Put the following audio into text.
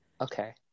Okay